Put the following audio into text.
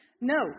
No